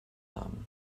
haben